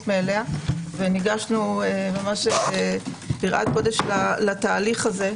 מאליה וניגשנו ביראת קודש לתהליך הזה.